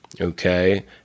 Okay